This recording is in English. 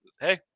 hey